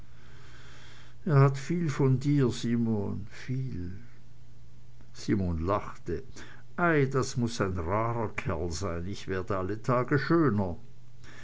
er hat viel von dir simon viel simon lachte ei das muß ein rarer kerl sein ich werde alle tage schöner